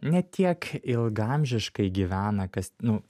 ne tiek ilgaamžiškai gyvena kas nu